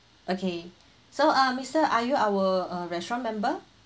okay so uh mister are you our uh restaurant member